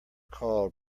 called